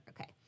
okay